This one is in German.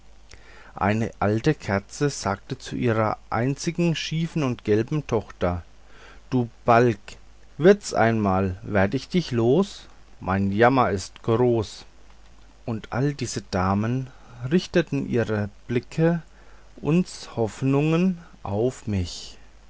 eine alte kerze sagte zu ihrer einzigen schiefen und gelben tochter du balg wird's einmal werd ich dich los mein jammer ist groß und alle diese damen richteten ihre blicke uns hoffnungen auf mich